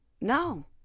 no